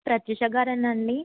ప్రత్యుషా గారేనా అండి